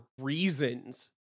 reasons